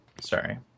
sorry